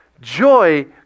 Joy